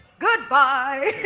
goodbye!